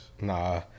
Nah